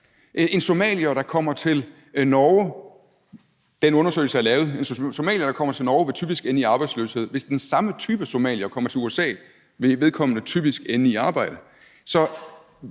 undersøgelse er lavet – vil typisk ende i arbejdsløshed. Hvis den samme type somalier kommer til USA, vil vedkommende typisk ende i arbejde.